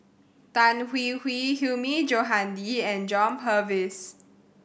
Tan Hwee Hwee Hilmi Johandi and John Purvis